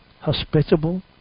hospitable